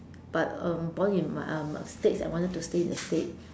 but um born in um states and wanted to stay in the states